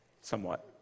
somewhat